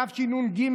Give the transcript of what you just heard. התשנ"ג,